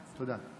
תודה.